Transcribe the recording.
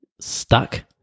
stuck